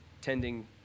tending